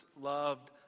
loved